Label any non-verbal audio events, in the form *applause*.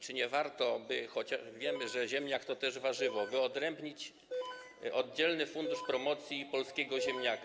Czy nie warto byłoby, wiemy, *noise* że ziemniak to też warzywo, wyodrębnić oddzielny fundusz promocji polskiego ziemniaka?